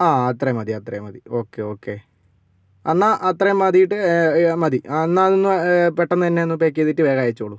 ആ അത്രയും മതി അത്രയും മതി ഓക്കെ ഓക്കെ അന്നാ അത്രയും മതീട്ട് മതി അന്നാ പെട്ടെന്നെനെയൊന്നു പായ്ക്ക് ചെയ്തീട്ട് വേഗം അയച്ചോളൂ